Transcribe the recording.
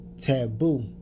taboo